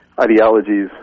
ideologies